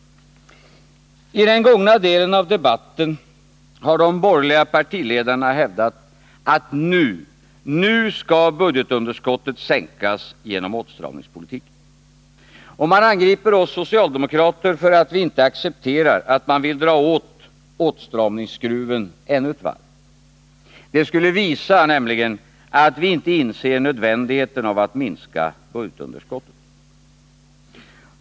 I den gångna delen av debatten har de borgerliga partiledarna hävdat att nu skall budgetunderskottet sänkas genom åtstramningspolitiken. Och man angriper oss socialdemokrater för att vi inte accepterar att man vill dra åt åtstramningsskruven ännu ett varv. Det skulle nämligen visa att vi inte inser nödvändigheten av att minska budgetunderskottet.